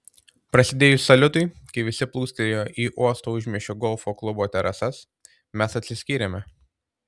prasidėjus saliutui kai visi plūstelėjo į uosto užmiesčio golfo klubo terasas mes atsiskyrėme